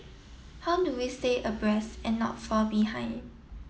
how do we stay abreast and not fall behind